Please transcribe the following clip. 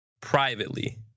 privately